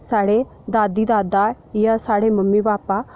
साढ़े दादी दादा जां साढ़े मम्मी पापा